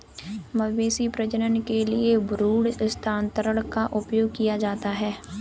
मवेशी प्रजनन के लिए भ्रूण स्थानांतरण का उपयोग किया जाता है